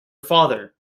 father